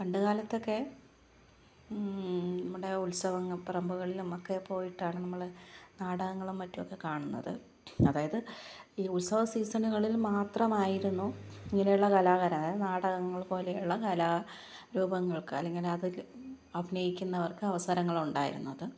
പണ്ട് കാലത്തൊക്കെ നമ്മുടെ ഉത്സവങ്ങൾ പറമ്പുകളിലും ഒക്കെ പോയിട്ടാണ് നമ്മൾ നാടകങ്ങളും മറ്റുമൊക്കെ കാണുന്നത് അതായത് ഈ ഉത്സവ സീസണുകളില് മാത്രമായിരുന്നു ഇങ്ങനെയുള്ള കല നാടകങ്ങള് പോലെയുള്ള കലാരൂപങ്ങള്ക്ക് അല്ലെങ്കില് അതില് അഭിനയിക്കുന്നവര്ക്ക് അവസരങ്ങള് ഉണ്ടായിരുന്നത്